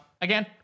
Again